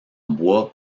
bois